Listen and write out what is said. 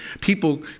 people